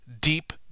deep